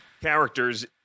characters